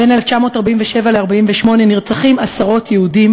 בין 1947 ל-1948 נרצחים עשרות יהודים,